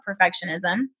perfectionism